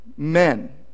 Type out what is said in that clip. Men